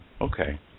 okay